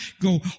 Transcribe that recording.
go